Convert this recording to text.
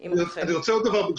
ברשותך, עוד דבר.